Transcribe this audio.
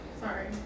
Sorry